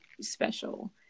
special